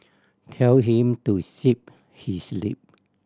tell him to zip his lip